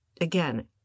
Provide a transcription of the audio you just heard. again